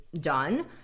done